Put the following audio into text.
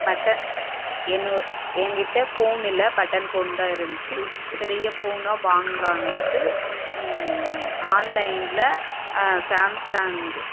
பட்ட என்னோ எங்கிட்ட ஃபோன் இல்லை பட்டன் ஃபோன் தான் இருந்துச்சி பெரிய ஃபோனாக வாங்கலான்ட்டு ஆன்லைனில் சாம்சங்